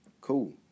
Cool